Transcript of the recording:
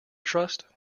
trust